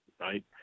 Right